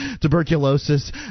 tuberculosis